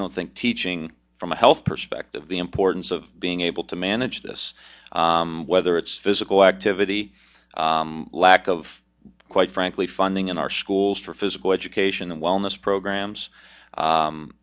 don't think teaching from a health perspective the importance of being able to manage this whether it's physical activity lack of quite frankly funding in our schools for physical education and wellness programs